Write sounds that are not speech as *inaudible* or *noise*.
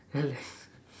really *laughs*